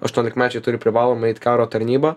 aštuoniolikmečiai turi privalomą eit karo tarnybą